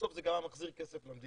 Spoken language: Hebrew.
שבסוף זה גם היה מחזיר כסף למדינה,